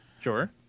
sure